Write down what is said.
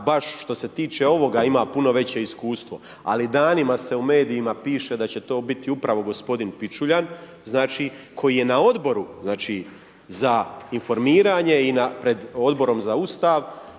baš, što se tiče ovoga, ima puno veće iskustvo, ali danima se u medijima piše da će to biti upravo gospodin Pučuljan, znači, koji je na Odboru za informiranje i pred Odborom za Ustav